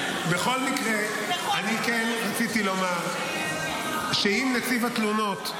בכל מקרה רציתי לומר שאם נציב התלונות,